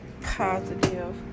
positive